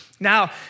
Now